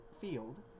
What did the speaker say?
field